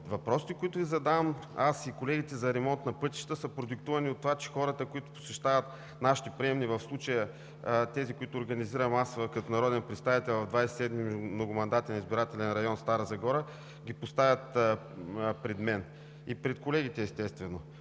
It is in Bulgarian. Въпросите, които Ви задаваме аз и колегите, за ремонт на пътища, са продиктувани от това, че хората, които посещават нашите приемни – в случая тези, които организирам аз като народен представител в Двадесет и седми многомандатен избирателен район – Стара Загора, ги поставят пред мен и колегите. В контекста